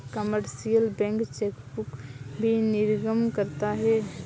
commercial bank chequebook भी निर्गम करता है